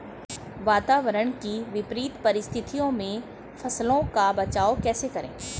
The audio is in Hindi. वातावरण की विपरीत परिस्थितियों में फसलों का बचाव कैसे करें?